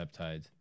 peptides